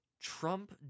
Trump